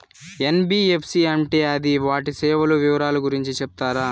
NBFC అంటే అది వాటి సేవలు వివరాలు గురించి సెప్పగలరా?